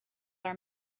are